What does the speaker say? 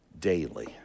daily